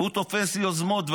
הוא תופס יוזמות,